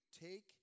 take